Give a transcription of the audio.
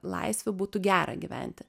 laisvių būtų gera gyventi